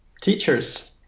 teachers